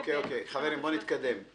אוקיי, אוקיי, בואו נתקדם.